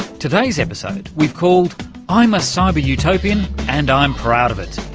today's episode we've called i'm a cyber utopian and i'm proud of it.